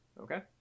Okay